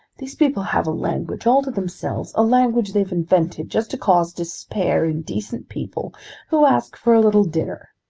these people have a language all to themselves, a language they've invented just to cause despair in decent people who ask for a little dinner!